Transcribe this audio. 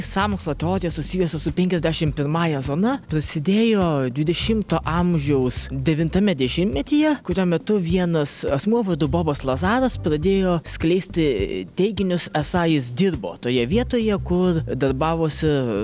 sąmokslo teorijos susijusios su penkiasdešim pirmąja zona prasidėjo dvidešimo amžiaus devintame dešimtmetyje kurio metu vienas asmuo vardu bobas lazanos pradėjo skleisti teiginius esą jis dirbo toje vietoje kur darbavosi